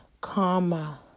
karma